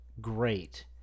great